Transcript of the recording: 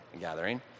gathering